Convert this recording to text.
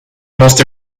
most